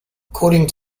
according